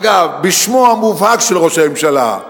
אגב, בשמו המובהק של ראש הממשלה,